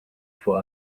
for